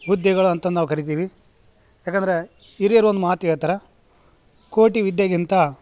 ಹುದ್ದೆಗಳಂತ ನಾವು ಕರಿತೀವಿ ಏಕಂದ್ರ ಹಿರಿಯರು ಒಂದು ಮಾತು ಎತ್ತರ ಕೋಟಿ ವಿದ್ಯಾಗಿಂತ